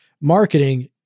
marketing